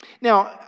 Now